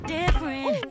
different